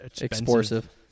expensive